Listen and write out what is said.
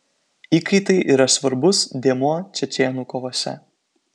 įkaitai yra svarbus dėmuo čečėnų kovose